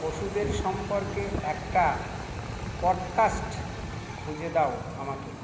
পশুদের সম্পর্কে একটা পডকাস্ট খুঁজে দাও আমাকে